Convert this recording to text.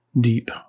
deep